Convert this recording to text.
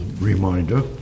reminder